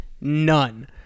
none